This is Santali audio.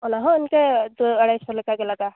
ᱚᱱᱟᱦᱚᱸ ᱤᱱᱠᱟᱹ ᱫᱩ ᱟᱲᱟᱭᱥᱳ ᱞᱮᱠᱟ ᱜᱮ ᱞᱟᱜᱟᱜᱼᱟ